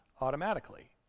automatically